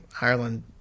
Ireland